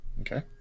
Okay